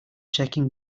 checking